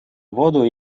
воду